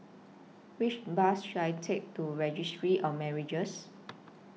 Which Bus should I Take to Registry of Marriages